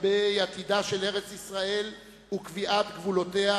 לגבי עתידה של ארץ-ישראל וקביעת גבולותיה,